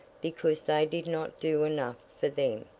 because they did not do enough for them.